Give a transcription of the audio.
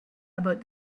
about